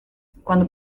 cuando